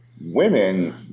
women